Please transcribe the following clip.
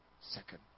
second